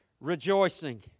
rejoicing